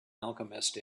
alchemist